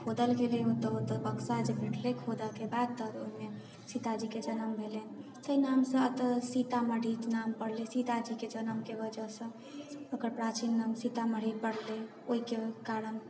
तऽ खोदल गेलै ओतऽ बक्सा जे भेटलै खोदयके बाद तब ओहिमे सीताजीके जन्म भेलनि एहि नामसँ सीतामढ़ीके नाम पड़लै सीताजीके जन्मके वजहसँ ओकर प्राचीन नाम सीतामढ़ी पड़लै ओहिके कारण